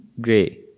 grey